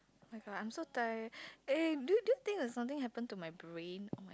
oh-my-god I'm so tired eh do do you think that something happen to my brain